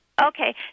Okay